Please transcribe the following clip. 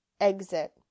Exit